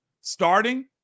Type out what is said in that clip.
starting